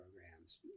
programs